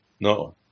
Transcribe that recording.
No